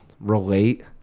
relate